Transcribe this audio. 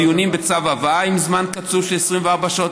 דיונים בצו הבאה עם זמן קצוב של 24 שעות,